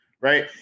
right